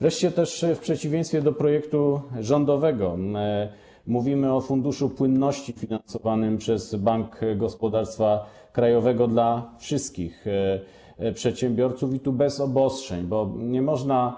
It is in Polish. Wreszcie, też w przeciwieństwie do projektu rządowego, mówimy o Funduszu Płynności finansowanym przez Bank Gospodarstwa Krajowego dla wszystkich przedsiębiorców, i tu bez obostrzeń, bo nie można,